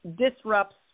disrupts